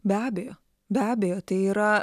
be abejo be abejo tai yra